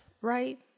right